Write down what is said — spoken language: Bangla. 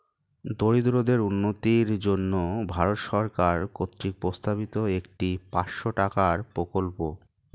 দরিদ্রদের উন্নতির জন্য ভারত সরকার কর্তৃক প্রস্তাবিত একটি পাঁচশো টাকার প্রকল্প